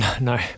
no